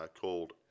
called